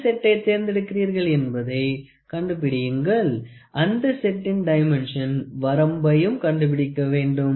எந்த செட்டை தேர்ந்தெடுக்கிறீர்கள் என்பதை கண்டுபிடியுங்கள் அந்த செட்டின் டைம்மென்ஷன் வரம்பயும் கண்டுபிடிக்க வேண்டும்